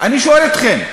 אני שואל אתכם,